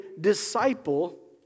disciple